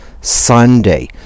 Sunday